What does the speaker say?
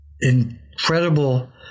incredible